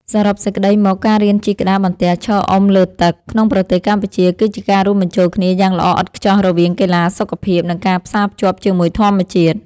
សរុបសេចក្ដីមក ការរៀនជិះក្តារបន្ទះឈរអុំលើទឹកក្នុងប្រទេសកម្ពុជា គឺជាការរួមបញ្ចូលគ្នាយ៉ាងល្អឥតខ្ចោះរវាង កីឡា សុខភាព និងការផ្សារភ្ជាប់ជាមួយធម្មជាតិ។